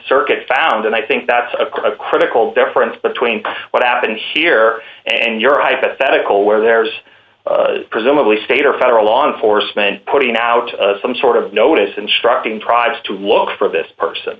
circuit found and i think that's a critical difference between what happened here and your hypothetical where there's presumably state or federal law enforcement putting out some sort of notice and striking tries to look for this person